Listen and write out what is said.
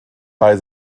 bei